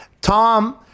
Tom